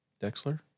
Dexler